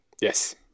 Yes